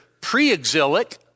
pre-exilic